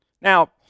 Now